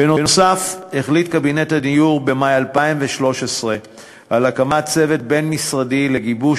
בנוסף החליט קבינט הדיור במאי 2013 על הקמת צוות בין-משרדי לגיבוש